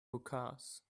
hookahs